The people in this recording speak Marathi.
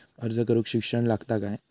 अर्ज करूक शिक्षण लागता काय?